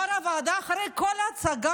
יו"ר הוועדה, אחרי כל ההצגה